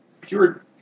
pure